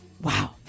Wow